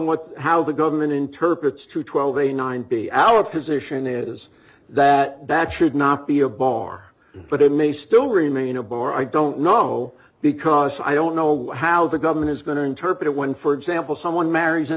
what how the government interprets to twelve a nine b our position is that that should not be a bar but it may still remain a bar i don't know because i don't know how the government is going to interpret it when for example someone marries an